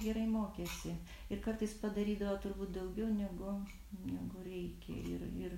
gerai mokėsi ir kartais padarydavo turbūt daugiau negu negu reikia ir ir